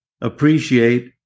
appreciate